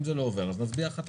אם זה לא עובר, אז נצביע אחת-אחת.